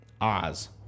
Oz